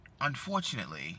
unfortunately